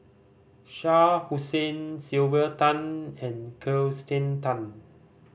Shah Hussain Sylvia Tan and Kirsten Tan